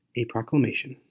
a proclamation.